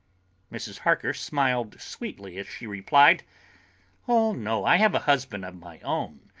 mrs. harker smiled sweetly as she replied oh no! i have a husband of my own,